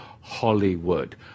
Hollywood